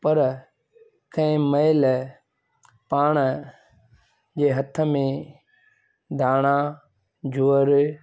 पर कंहिं महिल पाण जे हथ में धाणा जुअर